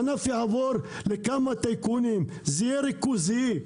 הענף יעבור לכמה טייקונים, יהיה ריכוזי.